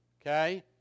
okay